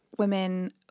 women